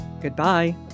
Goodbye